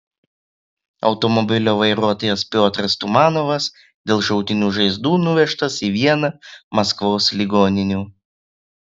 automobilio vairuotojas piotras tumanovas dėl šautinių žaizdų nuvežtas į vieną maskvos ligoninių